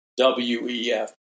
WEF